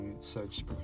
search